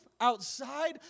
Outside